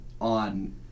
on